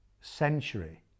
century